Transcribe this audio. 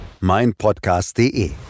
meinpodcast.de